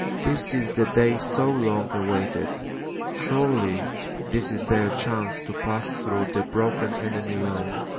this is the day so long awaited surely this is their chance to pass through the broken enemy line,